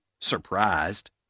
surprised